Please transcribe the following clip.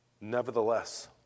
Nevertheless